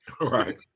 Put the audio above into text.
Right